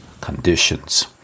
conditions